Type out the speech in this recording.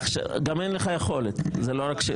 ארבעה, גם הרוויזיה הזו הוסרה.